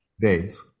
days